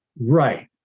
Right